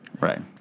Right